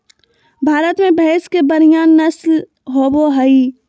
भारत में भैंस के बढ़िया नस्ल होबो हइ